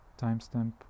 timestamp